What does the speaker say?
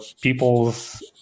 people's